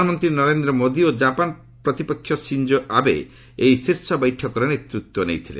ପ୍ରଧାନମନ୍ତ୍ରୀ ନରେନ୍ଦ୍ର ମୋଦି ଓ କାପାନ ପ୍ରତିପକ୍ଷ ସିଞ୍ଜୋ ଆବେ ଏହି ଶୀର୍ଷ ବୈଠକର ନେତୃତ୍ୱ ନେଇଥିଲେ